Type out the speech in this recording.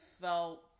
felt